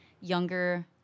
younger